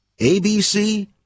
ABC